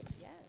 Yes